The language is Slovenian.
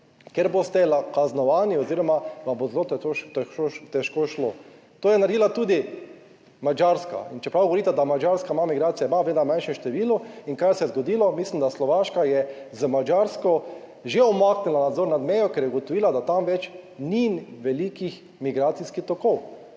ker boste kaznovani oziroma vam bo zelo težko šlo. To je naredila tudi Madžarska. In čeprav govorite, da Madžarska ima migracije, ima v vedno manjšem številu. In kaj se je zgodilo? Mislim, da Slovaška je z Madžarsko že umaknila nadzor nad mejo, ker je ugotovila, da tam več ni velikih migracijskih tokov,